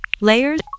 Layers